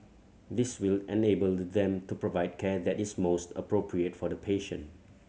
this will enable them to provide care that is most appropriate for the patient